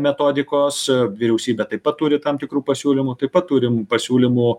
metodikos vyriausybė taip pat turi tam tikrų pasiūlymų taip pat turim pasiūlymų